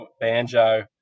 banjo